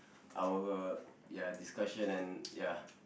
our ya discussion and ya